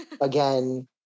again